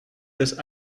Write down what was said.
ist